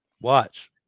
Watch